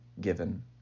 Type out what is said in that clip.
given